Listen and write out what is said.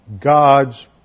God's